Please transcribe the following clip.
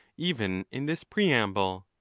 even in this preamble.